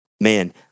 man